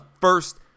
first